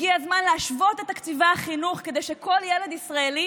הגיע הזמן להשוות את תקציבי החינוך כדי שכל ילד ישראלי